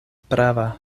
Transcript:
prava